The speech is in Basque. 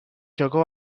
txoko